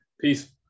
peace